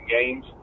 games